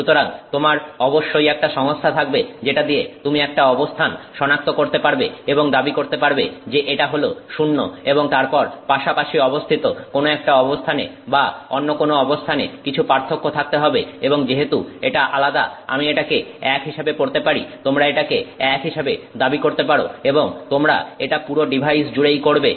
সুতরাং তোমার অবশ্যই একটা সংস্থা থাকবে যেটা দিয়ে তুমি একটা অবস্থান সনাক্ত করতে পারবে এবং দাবি করতে পারবে যে এটা হল 0 এবং তারপর পাশাপাশি অবস্থিত কোন একটা অবস্থানে বা অন্য কোনো অবস্থানে কিছু পার্থক্য থাকতে হবে এবং যেহেতু এটা আলাদা আমি এটাকে 1 হিসাবে পড়তে পারি তোমরা এটাকে 1 হিসাবে দাবি করতে পারো এবং তোমরা এটা পুরো ডিভাইস জুড়েই করবে